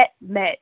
met